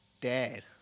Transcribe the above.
dad